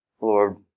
Lord